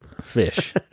fish